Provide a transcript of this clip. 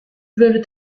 veulent